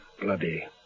Bloody